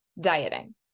dieting